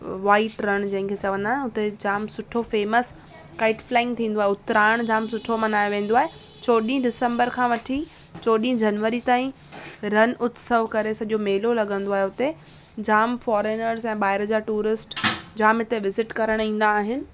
white रणु जंहिंंखे चवंदा उते जाम सुठो फ़ेमस काईट फ्लाईंग थींदो आहे उतराइण जाम सुठो मल्हायो वेंदो आहे चोॾहीं डिस्म्बर खां वठी चोॾहीं जनवरी ताईं रण उत्सव करे सॼो मेलो लॻंदो आहे उते जाम फॉरेनर्स ऐं ॿाहिरि जा टूरिस्ट हिते विज़िट करण ईंदा आहिनि